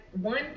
one